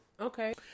Okay